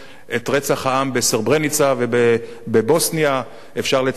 את רצח העם בסרברניצה ובבוסניה, ואפשר לציין גם